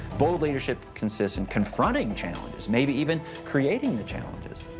bold leadership consists in confronting challenges, maybe even creating the challenges,